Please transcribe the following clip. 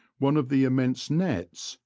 one of the immense nets,